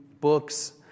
books